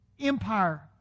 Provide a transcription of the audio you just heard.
empire